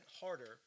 harder